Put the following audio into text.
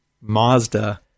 Mazda